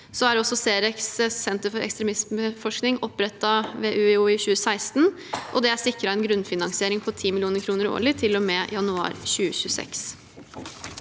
som TERRA. C-REX – Senter for ekstremismeforskning ble opprettet ved UiO i 2016, og det er sikret en grunnfinansiering på 10 mill. kr årlig til og med januar 2026.